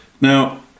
Now